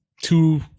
two